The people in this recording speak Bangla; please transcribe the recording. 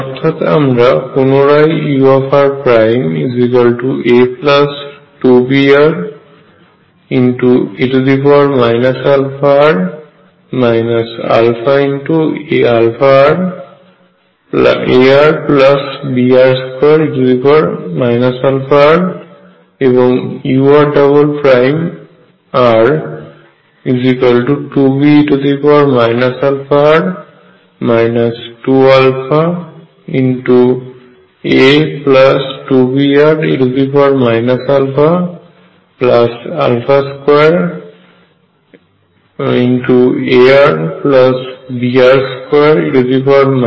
অর্থাৎ আমরা পুনরায় ura2bre αr αarbr2e αr এবং ur2be αr 2αa2bre α2arbr2e αr পাই